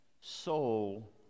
soul